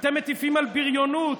אתם מטיפים על בריונות?